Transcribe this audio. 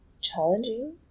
challenging